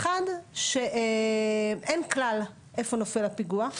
אחד, שאין כלל איפה נופל הפיגוע.